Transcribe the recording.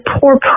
poor